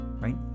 right